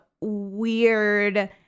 weird